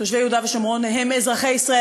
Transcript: תושבי יהודה ושומרון הם אזרחי ישראל.